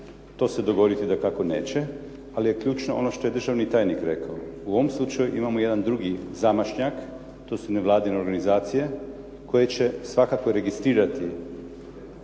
To se dogoditi dakako neće, ali je ključno ono što je državni tajnik rekao. U ovom slučaju imamo jedan drugi zamašnjak. To su nevladine organizacije koje će svakako registrirati